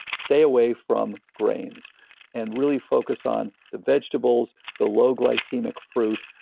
stay away from grains and really focus on the vegetables, the low-glycemic fruit.